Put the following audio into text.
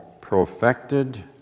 perfected